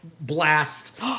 blast